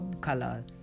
color